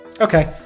Okay